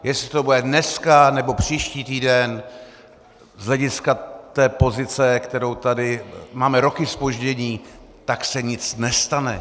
Jestli to bude dneska, nebo příští týden, z hlediska pozice, která tady je, máme roky zpoždění, se nic nestane.